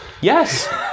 Yes